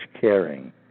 caring